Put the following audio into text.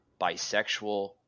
bisexual